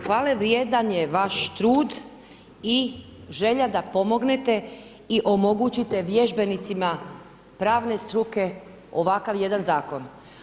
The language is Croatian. Hvale je vrijedan je vaš trud i želja da pomognete i omogućite vježbenicima pravne struke ovakav jedan Zakon.